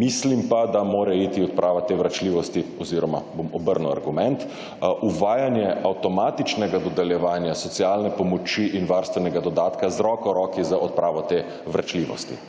Mislim pa, da mora iti odprava te »vračljivosti« oziroma bom obrnil argument, uvajanje avtomatičnega dodeljevanja socialne pomoči in varstvenega dodatka, z roko v roki, za odpravo te »vračljivosti«